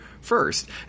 first